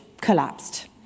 collapsed